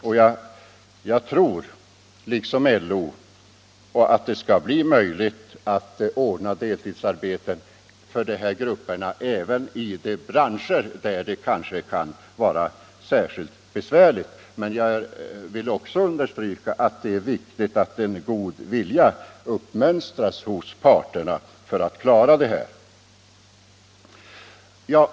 Jag tror, som sagt, liksom LO att det skall bli möjligt att ordna deltidsarbete för dessa grupper även i de branscher där det kanske kan vara särskilt besvärligt. Men jag vill också understryka att det är viktigt att en god vilja uppammas hos parterna att klara det här problemet.